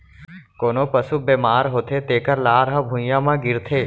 कोनों पसु बेमार होथे तेकर लार ह भुइयां म गिरथे